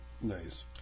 Nice